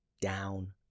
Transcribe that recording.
down